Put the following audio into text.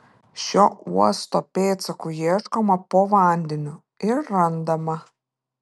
šio uosto pėdsakų ieškoma po vandeniu ir randama